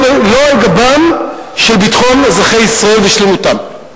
לא על גבם של ביטחון אזרחי ישראל ושלמותם.